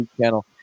channel